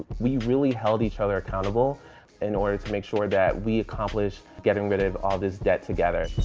we really held each other accountable in order to make sure that we accomplished getting rid of all this debt together.